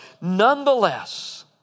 Nonetheless